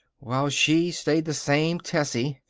while she stayed the same tessie.